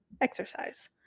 Exercise